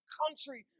country